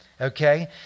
okay